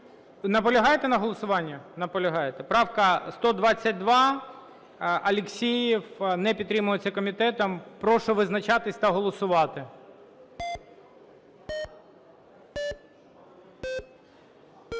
Наполягаєте на голосуванні? Наполягаєте. Правка 122, Алєксєєв. Не підтримується комітетом. Прошу визначатись та голосувати.